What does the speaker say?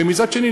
ומצד שני,